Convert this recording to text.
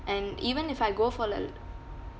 and even if I go for a